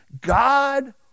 God